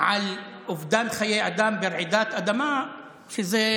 על אובדן חיי אדם ברעידת אדמה שזה,